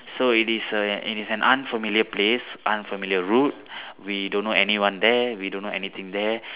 so it is a it is an unfamiliar place unfamiliar route we don't know anyone there we don't know anything there